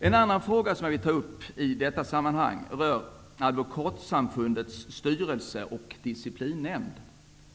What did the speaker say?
En annan fråga som jag vill ta upp i detta sammanhang rör Advokatsamfundets styrelse och disciplinnämnd.